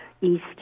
east